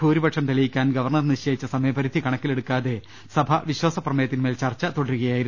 ഭൂരിപക്ഷം തെളിയിക്കാൻ ഗവർണർ നിശ്ച യിച്ച സമയപരിധി കണക്കിലെടുക്കാതെ സഭ വിശ്വാസ പ്രമേയത്തിന്മേൽ ചർച്ച തുടരുകയായിരുന്നു